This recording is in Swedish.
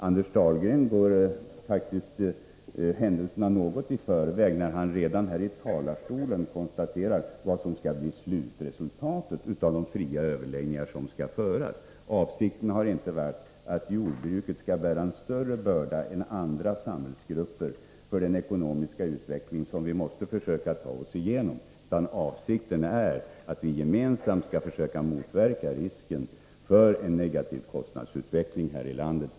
Anders Dahlgren går faktiskt händelserna något i förväg när han redan nu konstaterar vad som skall bli slutresultatet av de fria överläggningar som skall föras. Avsikten har inte varit att jordbrukarna skall bära en större börda än andra samhällsgrupper när det gäller den ekonomiska utveckling som vi måste försöka ta oss igenom. Avsikten är att vi gemensamt skall försöka motverka risken för en negativ kostnadsutveckling här i landet.